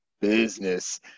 Business